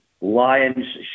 lion's